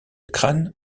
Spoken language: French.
crâne